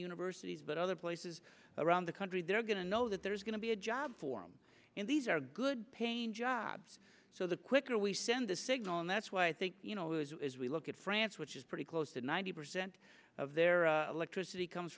universities but other places around the country they're going to know that there's going to be a job for them and these are good paying jobs so the quicker we send the signal and that's why i think you know that is we look at france which is pretty close to ninety percent of their electricity comes